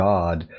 God